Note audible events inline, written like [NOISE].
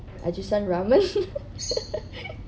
Ajisen ramen [LAUGHS]